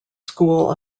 school